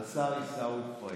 לשר עיסאווי פריג',